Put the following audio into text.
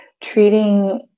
treating